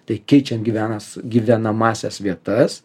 tai keičiant gyvenas gyvenamąsias vietas